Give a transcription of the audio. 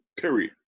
Period